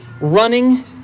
running